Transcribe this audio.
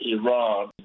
Iran